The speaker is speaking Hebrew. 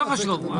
לא חשוב.